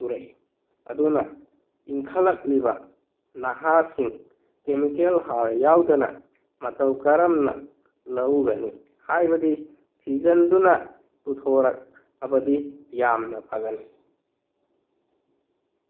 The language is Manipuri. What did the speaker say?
ꯄꯨꯔꯛꯏ ꯑꯗꯨꯅ ꯏꯟꯈꯠꯂꯛꯂꯤꯕ ꯅꯍꯥꯁꯤꯡ ꯀꯦꯃꯤꯀꯦꯜ ꯍꯥꯔ ꯌꯥꯎꯗꯅ ꯃꯇꯧ ꯀꯔꯝꯅ ꯂꯧ ꯎꯒꯅꯤ ꯍꯥꯏꯕꯗꯤ ꯊꯤꯖꯤꯟꯗꯨꯅ ꯄꯨꯊꯣꯔꯛꯂꯕꯗꯤ ꯌꯥꯝꯅ ꯐꯒꯅꯤ